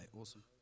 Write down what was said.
Awesome